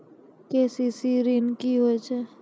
KCC ॠन की होय छै?